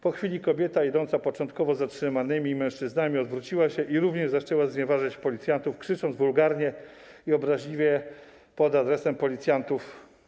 Po chwili kobieta idąca początkowo z zatrzymanymi mężczyznami odwróciła się i również zaczęła znieważać policjantów, krzycząc wulgarnie i obraźliwie pod adresem policjantów.